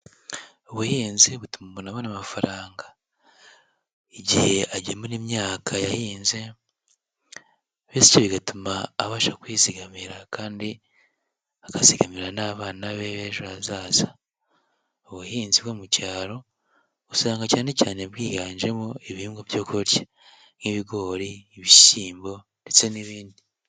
Ubuhinzi butuma umuntu abona amafaranga. Igihe agemura imyaka yahinze, bityo bigatuma abasha kwizigamira kandi akazigamira n'abana be b'ejo hazaza. Ubuhinzi bwo mu cyaro usanga cyane cyane bwiganjemo ibihingwa byo kurya: nk'ibigori, ibishyimbo ndetse n'ibindi.